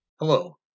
Hello